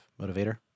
motivator